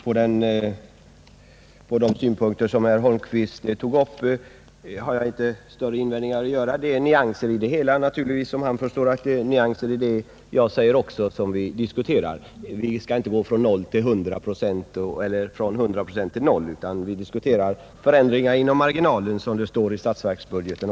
Herr talman! Jag har inga större invändningar att göra mot de synpunkter som herr Holmqvist här tog upp. Det rör sig mest om nyanser. Vi skall givetvis inte gå från 100 procent till 0, utan här diskuterar vi förändringar inom marginalen — som det står i statsverksbudgeten.